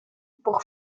pour